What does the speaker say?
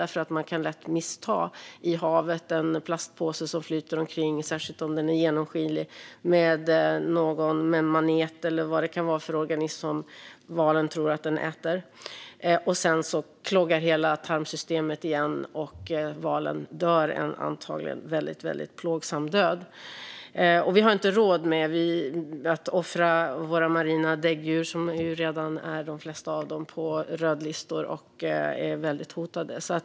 Valen kan lätt missta en plastpåse som flyter omkring i havet, särskilt om den är genomskinlig, för en manet eller någon annan organism som den tror att den äter. Sedan kloggar hela tarmsystemet igen och valen dör en antagligen mycket plågsam död. Vi har inte råd att offra våra marina däggdjur. De flesta av dem är redan hotade och är rödlistade.